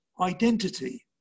identity